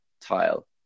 tile